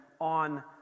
on